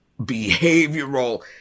behavioral